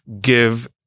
give